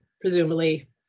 presumably